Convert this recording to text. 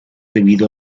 debido